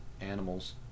animals